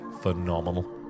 phenomenal